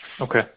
okay